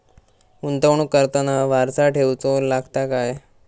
गुंतवणूक करताना वारसा ठेवचो लागता काय?